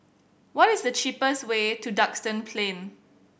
what is the cheapest way to Duxton Plain